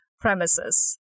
premises